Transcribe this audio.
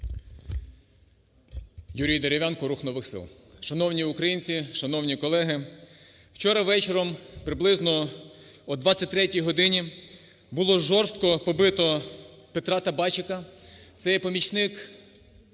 Юрій Дерев'янко, "Рух нових сил".